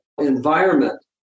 environment